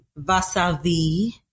vasavi